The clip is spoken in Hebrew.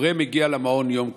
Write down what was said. הורה מגיע למעון יום כרגע,